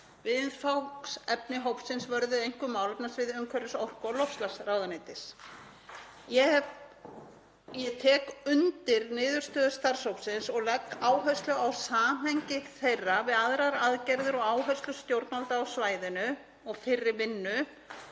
Viðfangsefni hópsins vörðuðu einkum málefnasvið umhverfis-, orku- og loftslagsráðuneytis. Ég tek undir niðurstöður starfshópsins og legg áherslu á samhengi þeirra við aðrar aðgerðir og áherslur stjórnvalda á svæðinu og fyrri vinnu